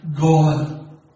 God